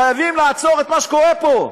חייבים לעצור את מה שקורה פה.